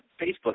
Facebook